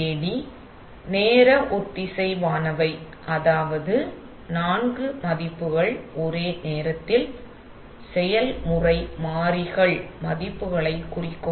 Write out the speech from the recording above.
ஆனால் அவை நேர ஒத்திசைவானவை அதாவது அந்த நான்கு மதிப்புகள் ஒரே நேரத்தில் செயல்முறை மாறிகள் மதிப்புகளைக் குறிக்கும்